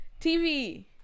TV